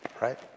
Right